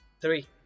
Three